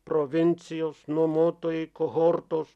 provincijos nuomotojai kohortos